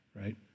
right